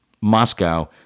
moscow